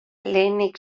lehenik